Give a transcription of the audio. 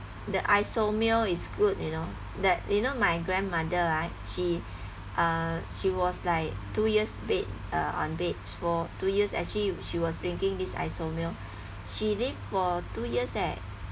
the isomil is good you know that you know my grandmother right she uh she was like two years bed uh on bed for two years actually she was drinking this isomil she live for two years leh